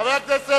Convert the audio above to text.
חבר הכנסת